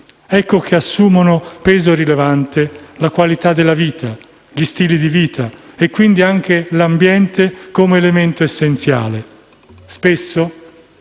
Ecco che assumono peso rilevante la qualità della vita e gli stili di vita e, quindi, anche l'ambiente come elemento essenziale. Spesso